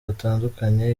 batandukanye